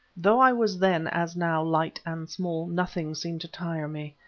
though i was then, as now, light and small, nothing seemed to tire me.